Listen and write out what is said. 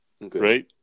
right